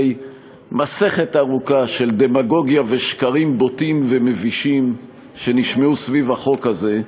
מסכת ארוכה של דמגוגיה ושקרים בוטים ומבישים שנשמעו סביב החוק הזה,